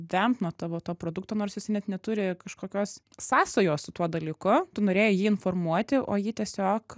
vemt nuo tavo to produkto nors jis net neturi kažkokios sąsajos su tuo dalyku tu norėjai jį informuoti o ji tiesiog